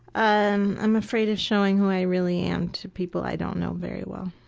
um i'm afraid of showing who i really am to people i don't know very well.